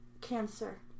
cancer